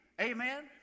Amen